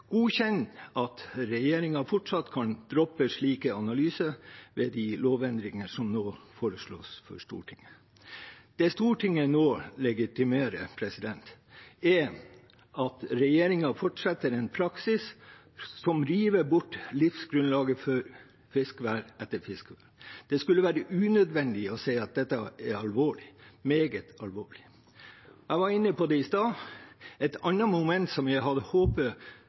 godkjenner at regjeringen fortsatt kan droppe slike analyser ved de lovendringer som nå foreslås for Stortinget. Det Stortinget nå legitimerer, er at regjeringen fortsetter en praksis som river bort livsgrunnlaget for fiskevær etter fiskevær. Det skulle være unødvendig å si at dette er alvorlig, meget alvorlig. Jeg var inne på det i stad: Et annet moment som jeg hadde håpet